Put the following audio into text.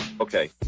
Okay